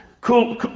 Cool